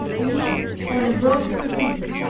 leaned on a broken reed,